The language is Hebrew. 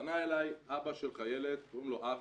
פנה אלי אבא של חיילת, קוראים לו אבי,